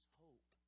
hope